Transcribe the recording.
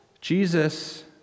Jesus